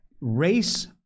race